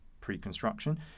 pre-construction